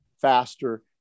faster